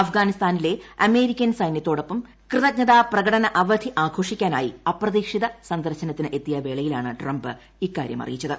അഫ്ഗാനിസ്ഥാനിലെ അമേരിക്കൻ സൈനൃത്തോടൊപ്പം കൃതജ്ഞതാ പ്രകടന അവധി ആഘോഷിക്കാനായി അപ്രതീക്ഷിത സന്ദർശനത്തിനെത്തിയ വേളയിലാണ് ട്രംപ് ഇക്കാര്യം അറിയിച്ചത്